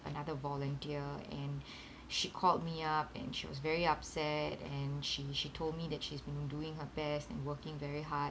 another volunteer and she called me up and she was very upset and she she told me that she's been doing her best and working very hard